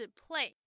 play